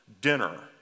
dinner